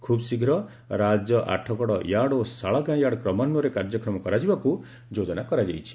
ଖୁବ୍ଶୀଘ୍ର ରାଜ ଆଠଗଡ ୟାର୍ଡ ଓ ଶାଳଗାଁଯାର୍ଡ କ୍ରମାନ୍ୱୟରେ କାର୍ଯ୍ୟକ୍ଷମ କରାଯିବାକୁ ଯୋଜନା କରାଯାଇଛି